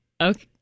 okay